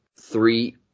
three